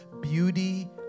beauty